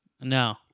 No